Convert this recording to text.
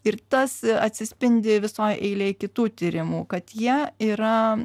ir tas atsispindi visoj eilėj kitų tyrimų kad jie yra